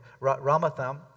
Ramatham